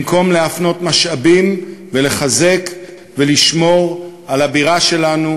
במקום להפנות משאבים ולחזק ולשמור על הבירה שלנו,